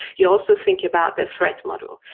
you also think about the threat model.